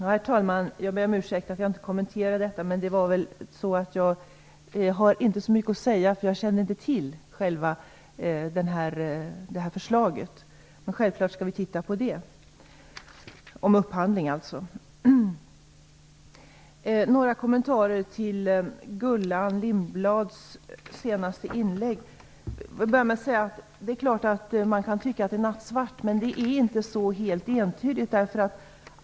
Herr talman! Jag ber om ursäkt för att jag inte kommenterade detta. Det är väl så att jag inte har så mycket att säga; jag känner inte till själva förslaget om upphandling. Men självfallet skall vi titta närmare på det. Jag skall ge några kommentarer till Gullan Lindblads senaste inlägg. Man kan tycka att det ser nattsvart ut, men det är inte helt entydigt.